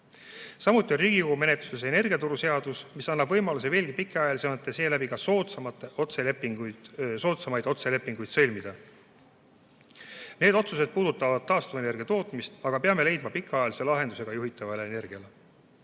Samuti on Riigikogu menetluses energiaturuseadus, mis annab võimaluse veelgi pikaajalisemaid ja seeläbi ka soodsamaid otselepinguid sõlmida. Need otsused puudutavad taastuvenergia tootmist, aga peame leidma pikaajalise lahenduse ka juhitavale energiale. Valitsuse